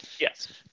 Yes